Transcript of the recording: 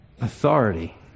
authority